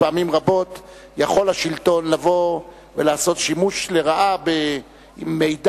ופעמים רבות יכול השלטון לבוא ולעשות שימוש לרעה במידע,